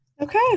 okay